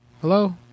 Hello